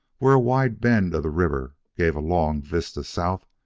where a wide bend of the river gave a long vista south,